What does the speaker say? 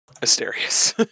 mysterious